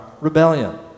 rebellion